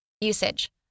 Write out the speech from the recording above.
Usage